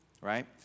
right